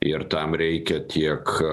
ir tam reikia tiek